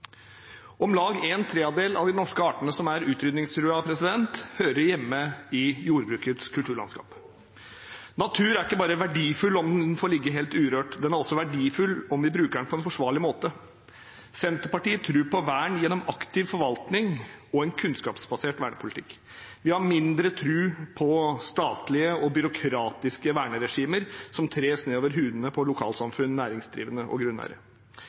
Om lag én tredjedel av de norske artene som er utrydningstruet, hører hjemme i jordbrukets kulturlandskap. Natur er ikke bare verdifull om den får ligge helt urørt. Den er også verdifull om vi bruker den på en forsvarlig måte. Senterpartiet tror på vern gjennom aktiv forvaltning og en kunnskapsbasert vernepolitikk. Vi har mindre tro på statlige og byråkratiske verneregimer som tres nedover hodene på lokalsamfunn, næringsdrivende og grunneiere.